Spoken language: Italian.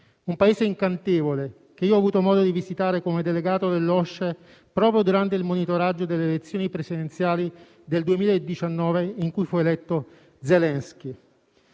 Un Paese incantevole che io ho avuto modo di visitare come delegato dell'OSCE proprio durante il monitoraggio delle elezioni presidenziali del 2019, in cui fu eletto Zelensky.